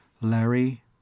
Larry